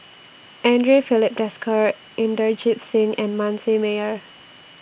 Andre Filipe Desker Inderjit Singh and Manasseh Meyer